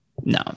No